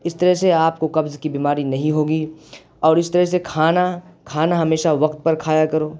اس طرح سے آپ کو قبض کی بیماری نہیں ہوگی اور اس طرح سے کھانا کھانا ہمیشہ وقت پر کھایا کرو